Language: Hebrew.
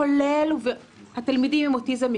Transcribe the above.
כולל התלמידים עם אוטיזם,